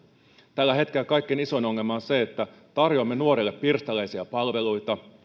tällä hetkellä kaikkein isoin ongelma on se että tarjoamme nuorille pirstaleisia palveluita ja